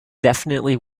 definitely